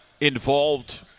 involved –